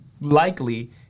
likely